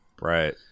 Right